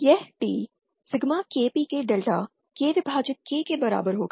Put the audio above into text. यह T sigma K PK delta K विभाजित K के बराबर होगा